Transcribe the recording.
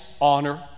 honor